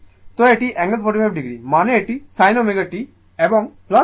তো এটি angle 45o মানে এটি sin ω t এবং 45o